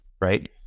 right